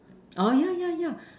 orh yeah yeah yeah